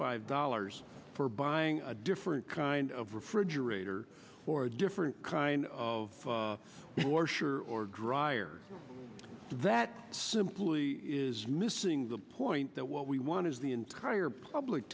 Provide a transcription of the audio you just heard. five dollars for buying a different kind of refrigerator or a different kind of or sure or dryer that simply is missing the point that what we want is the entire public